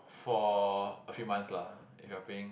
for a few months lah if you're paying